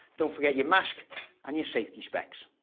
don't forget your mask and your safety specs.